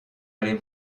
aller